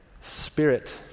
spirit